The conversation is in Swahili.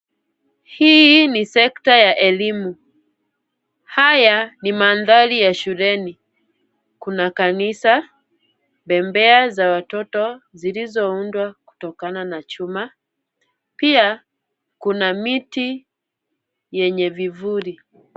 Hii ni sekta ya elimu. Haya ni mandhari ya shuleni. Kuna kanisa, bembea za watoto zilizoundwa kutokana na chuma. Pia kuna miti yenye vivuli.